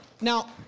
Now